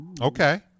Okay